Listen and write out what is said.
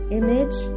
image